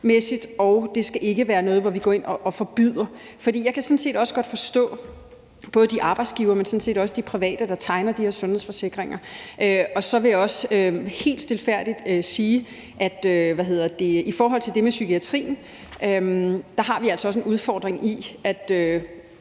og det skal ikke være noget, hvor vi går ind og forbyder noget. For jeg kan sådan set godt forstå både de arbejdsgivere, men sådan set også de private, der tegner de her sundhedsforsikringer. Så vil jeg også helt stilfærdigt sige, at i forhold til det med psykiatrien har vi altså også en udfordring. En af